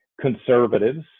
conservatives